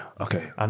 okay